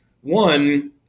One